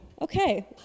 okay